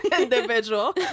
individual